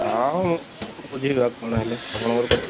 ହଁ ମୁଁ ବୁଝିବେ ଆପଣ ହେଲେ ଆପଣଙ୍କର